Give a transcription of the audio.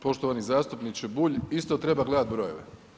Poštovani zastupniče Bulj, isto treba gledati brojeve.